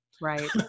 Right